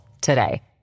today